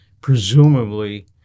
presumably